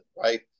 right